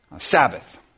Sabbath